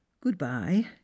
Good-bye